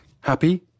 Happy